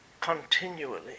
continually